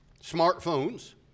smartphones